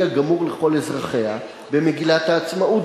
הגמור לכל אזרחיה במגילת העצמאות,